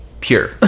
pure